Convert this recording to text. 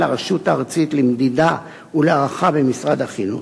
הרשות הארצית למדידה ולהערכה במשרד החינוך.